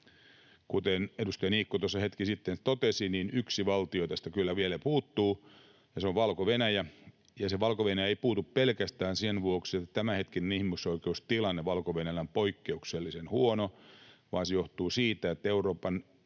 Kuten edustaja Niikko tuossa hetki sitten totesi, niin yksi valtio tästä kyllä vielä puuttuu, ja se on Valko-Venäjä. Valko-Venäjä ei puutu pelkästään sen vuoksi, että tämänhetkinen ihmisoikeustilanne Valko-Venäjällä on poikkeuksellisen huono, vaan se johtuu siitä, että Euroopan